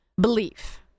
belief